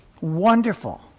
Wonderful